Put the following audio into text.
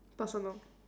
personal